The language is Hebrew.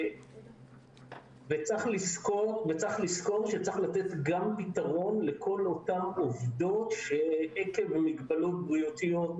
וצריך לזכור שצריך לתת גם פתרון לכל אותם עובדות שעקב מגבלות בריאותיות,